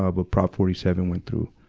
ah but prop forty seven went through.